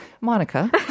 Monica